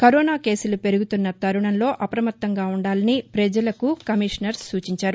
corona కేసులు పెరుగుతున్న తరుణంలో అప్రమత్తంగా ఉండాలని ప్రజలకు కమిషనర్ సూచించారు